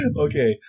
Okay